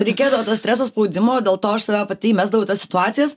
reikėdavo to streso spaudimo dėl to aš pati įmesdavau į tas situacijas